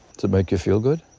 to make you feel good.